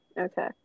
Okay